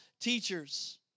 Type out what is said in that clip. teachers